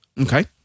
Okay